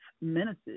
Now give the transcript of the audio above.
menaces